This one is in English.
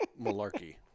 malarkey